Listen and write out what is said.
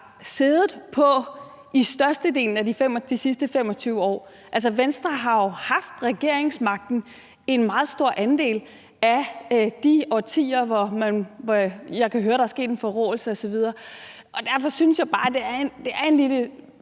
siddet på i størstedelen af de sidste 25 år. Altså, Venstre har jo haft regeringsmagten i en meget stor andel af de årtier, hvor jeg kan høre der er sket en forråelse osv. Derfor synes jeg bare, det er en lillebitte